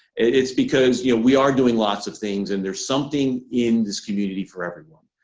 it's because you know we are doing lots of things, and there's something in this community for everyone.